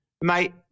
Mate